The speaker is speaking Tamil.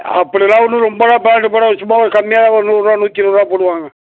அப்படியெல்லாம் ஒன்றும் ரொம்பலாம் பெனால்ட்டி போடாது சும்மா ஒரு கம்மியாக ஒரு நூறு ரூபா நூற்றி இருபது ரூபா போடுவாங்க